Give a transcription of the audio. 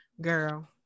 girl